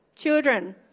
Children